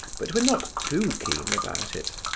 but were not too keen about it.